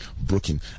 broken